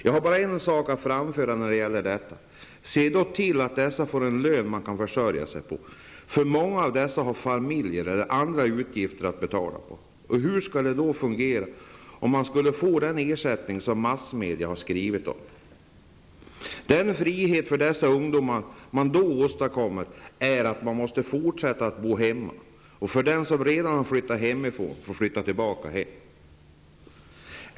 Jag har bara en sak att framföra när det gäller detta: Se till att dessa ungdomar får en lön som de kan försörja sig på. Många av dessa har familj eller andra utgifter att betala. Hur skall det då fungera om de skulle få den ersättning som massmedia har skrivit om? Den frihet för dessa ungdomar man då åstadkommer är att de måste fortsätta att bo hemma, och de som redan har flyttat hemifrån får flytta tillbaka hem.